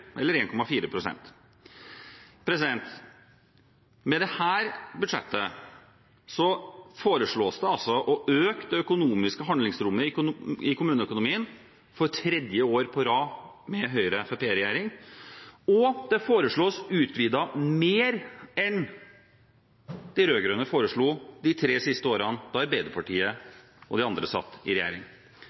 eller 1,4 pst. Med dette budsjettet foreslås det å øke det økonomiske handlingsrommet i kommuneøkonomien for tredje år på rad med Høyre–Fremskrittsparti-regjering, og det foreslås utvidet mer enn de rød-grønne foreslo, de tre siste årene Arbeiderpartiet og de andre satt i regjering.